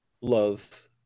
love